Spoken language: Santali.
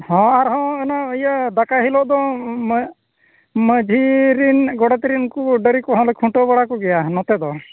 ᱦᱮᱸ ᱟᱨᱦᱚᱸ ᱚᱱᱮ ᱤᱭᱟᱹ ᱫᱟᱠᱟᱭ ᱦᱤᱞᱳᱜ ᱫᱚ ᱢᱟᱺᱡᱷᱤᱨᱮᱱ ᱜᱚᱰᱮᱛᱨᱮᱱ ᱠᱚ ᱰᱟᱹᱝᱜᱽᱨᱤ ᱠᱚᱦᱚᱸᱞᱮ ᱠᱷᱩᱱᱴᱟᱹᱣ ᱵᱟᱲᱟ ᱠᱚᱜᱮᱭᱟ ᱱᱚᱛᱮᱫᱚ